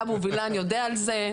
אבו וילן יודע על זה.